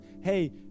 Hey